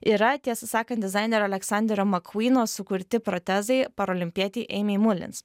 yra tiesą sakant dizainerio aleksanderio makvyno sukurti protezai paralimpietei eimei mulins